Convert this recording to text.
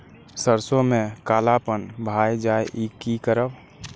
सरसों में कालापन भाय जाय इ कि करब?